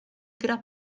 gra